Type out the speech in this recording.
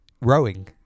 Rowing